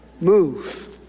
move